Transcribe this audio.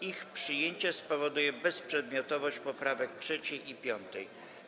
Ich przyjęcie spowoduje bezprzedmiotowość poprawek 3. i 5.